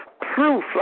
proof